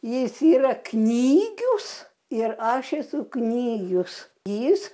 jis yra knygius ir aš esu knygius jis